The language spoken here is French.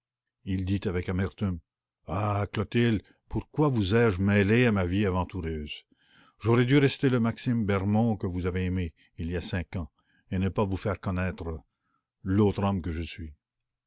il ajouta pensivement ah clotilde pourquoi vous ai-je mêlée à ma vie aventureuse j'aurais dû rester le maxime bermond que vous avez aimé il y a cinq ans et ne pas vous faire connaître l'autre homme que je suis